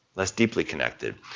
less deeply connected.